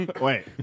Wait